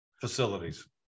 facilities